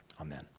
Amen